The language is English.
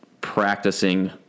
practicing